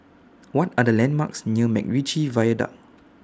What Are The landmarks near Macritchie Viaduct